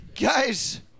guys